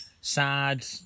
Sad